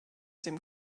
dem